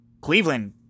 Cleveland